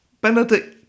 Benedict